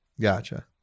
Gotcha